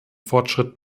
fortschritt